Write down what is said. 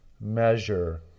measure